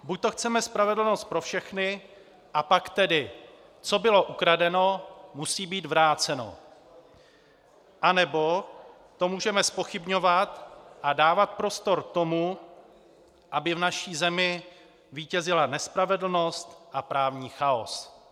Buďto chceme spravedlnost pro všechny, a pak tedy co bylo ukradeno, musí být vráceno, anebo to můžeme zpochybňovat a dávat prostor tomu, aby v naší zemi vítězila nespravedlnost a právní chaos.